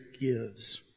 gives